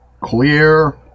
clear